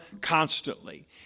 constantly